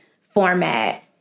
format